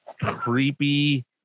creepy